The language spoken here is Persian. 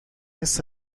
نیست